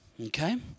okay